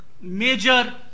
major